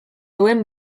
duen